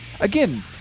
Again